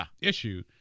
issue